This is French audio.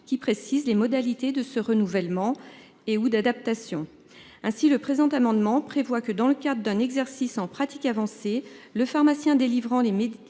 qui précise les modalités de ce renouvellement Ehud d'adaptation ainsi le présent amendement prévoit que dans le cadre d'un exercice en pratique avancée, le pharmacien délivrant les médicaments